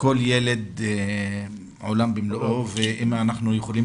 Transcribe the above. כל ילד הוא עולם ומלואו ואם אנחנו יכולים